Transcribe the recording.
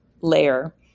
layer